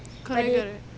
அது வேற:athu vera right